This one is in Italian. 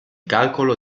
calcolo